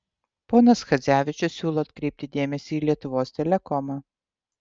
ponas chadzevičius siūlo atkreipti dėmesį į lietuvos telekomą